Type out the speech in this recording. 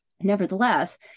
Nevertheless